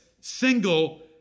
Single